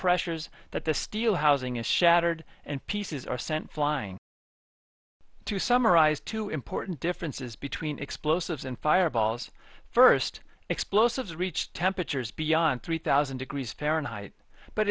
pressures that the steel housing is shattered and pieces are sent flying to summarize two important differences between explosives and fireballs first explosives reach temperatures beyond three thousand degrees fahrenheit but